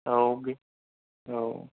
औ औ